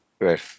Right